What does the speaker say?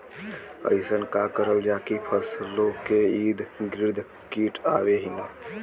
अइसन का करल जाकि फसलों के ईद गिर्द कीट आएं ही न?